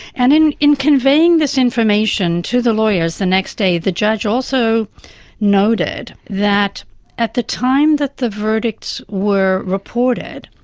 and in in conveying this information to the lawyers the next day the judge also noted that at the time that the verdicts were reported,